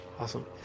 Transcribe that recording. Awesome